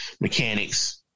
mechanics